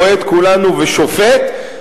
רואה את כולנו ושופט.